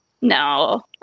No